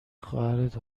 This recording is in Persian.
خواهرت